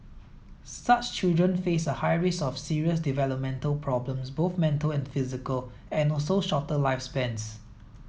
such children face a high risk of serious developmental problems both mental and physical and also shorter lifespans